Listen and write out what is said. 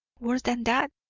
worse than that.